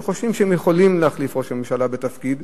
שחושבים שהם יכולים להחליף ראש ממשלה בתפקיד,